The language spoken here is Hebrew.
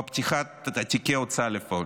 בפתיחת תיקי הוצאה לפועל,